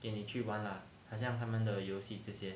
给你去玩了 lah 好像他们的游戏这些